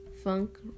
Funk